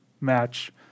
match